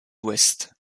ouest